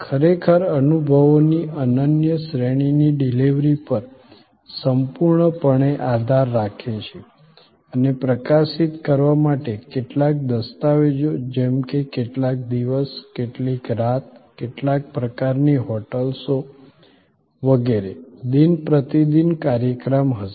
ખરેખર અનુભવોની અનન્ય શ્રેણીની ડિલિવરી પર સંપૂર્ણપણે આધાર રાખે છે અને પ્રકાશિત કરવા માટે કેટલાંક દસ્તાવેજો જેમ કે કેટલા દિવસ કેટલી રાત કેવા પ્રકારની હોટેલ્સ વગેરે દિન પ્રતિદિન કાર્યક્રમ હશે